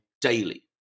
daily